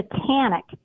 satanic